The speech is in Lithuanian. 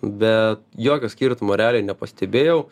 bet jokio skirtumo realiai nepastebėjau